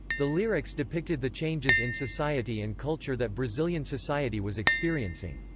the lyrics depicted the changes in society and culture that brazilian society was experiencing.